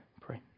pray